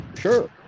sure